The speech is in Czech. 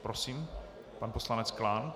Prosím, pan poslanec Klán.